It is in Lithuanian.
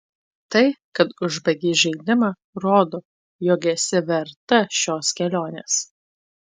tai kad užbaigei žaidimą rodo jog esi verta šios kelionės